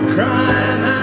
Crying